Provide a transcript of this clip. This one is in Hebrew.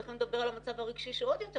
תכף נדבר על המצב הרגשי שהוא עוד יותר